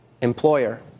employer